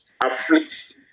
afflicts